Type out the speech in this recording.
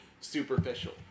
superficial